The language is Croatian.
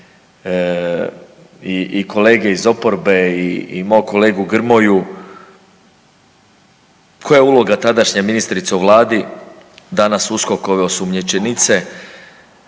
i kolege iz oporbe i mog kolegu Grmoju koja je uloga tadašnje ministrice u vladi, danas USKOK-ove osumnjičenice